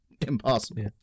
impossible